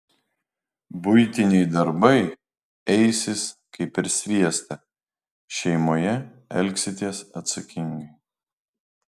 buitiniai darbai eisis kaip per sviestą šeimoje elgsitės atsakingai